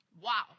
Wow